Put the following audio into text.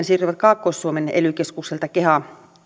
siirtyvät kaakkois suomen ely keskukselta keha